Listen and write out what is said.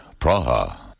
Praha